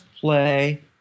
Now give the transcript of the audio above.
play